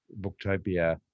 Booktopia